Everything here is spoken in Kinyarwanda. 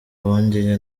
bongeye